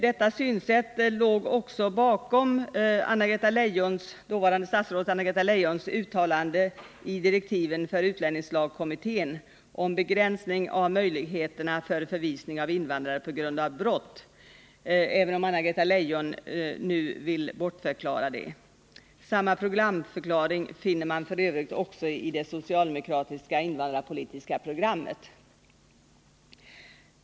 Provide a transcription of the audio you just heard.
Detta synsätt låg också bakom dåvarande statsrådet Anna-Greta Leijons uttalande i direktiven till utlänningslagkommittén om begränsning av möjligheterna för förvisning av invandrare på grund av brott, även om Anna-Greta Leijon nu vill bortförklara det. Samma programförklaring finner man f. ö. i det socialdemokratiska invandrarpolitiska programmet.